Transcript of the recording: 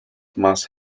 must